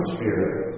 Spirit